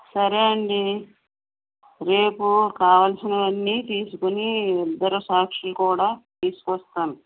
సరేఅండి రేపు కావలసినవన్నీ తీసుకొని ఇద్దరు సాక్షులను కూడా తీసుకొస్తాను